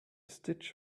stitch